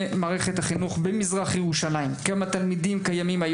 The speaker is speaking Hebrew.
מערכת החינוך הבאים במזרח ירושלים: כמה תלמדים קיימים,